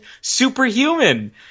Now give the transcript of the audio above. superhuman